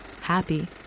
happy